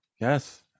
yes